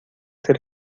ser